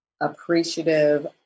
appreciative